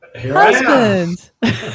husband